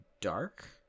Dark